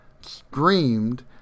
screamed